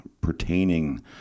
pertaining